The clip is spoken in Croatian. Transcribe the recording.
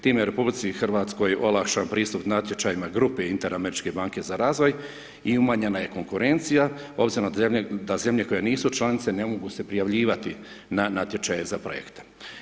Time je RH olakšan pristup natječajima grupe Inter-Američke banke za razvoj i umanjena je konkurencija obzirom da zemlje koje nisu članice ne mogu se prijavljivati na natječaje za projekte.